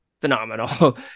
phenomenal